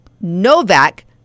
Novak